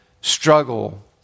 struggle